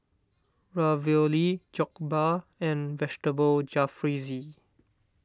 Ravioli Jokbal and Vegetable Jalfrezi